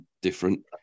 different